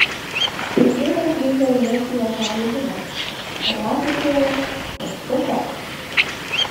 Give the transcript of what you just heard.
ik munas grįžo į ūkį vos gavęs žinią kad lapių fėja paspruko